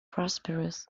prosperous